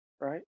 right